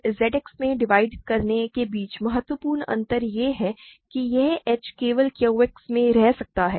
तो QX और ZX में डिवाइड करने के बीच महत्वपूर्ण अंतर यह है कि यह h केवल Q X में रह सकता है